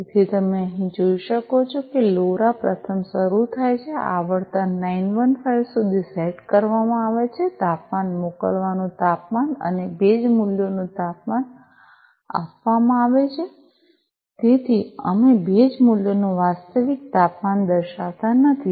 તેથી જેમ તમે અહીં જોઈ શકો છો કે લોરા પ્રથમ શરૂ થાય છે આવર્તન 915 સુધી સેટ કરવામાં આવે છે તાપમાન મોકલવાનું તાપમાન અને ભેજ મૂલ્યોનું તાપમાન આપવામાં આવે છે તેથી અમે ભેજ મૂલ્યોનું વાસ્તવિક તાપમાન દર્શાવતા નથી